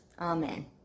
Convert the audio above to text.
Amen